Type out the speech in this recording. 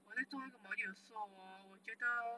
我在做那个 module 的时候 hor 我觉得